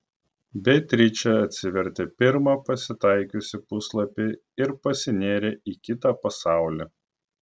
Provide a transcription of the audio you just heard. beatričė atsivertė pirmą pasitaikiusį puslapį ir pasinėrė į kitą pasaulį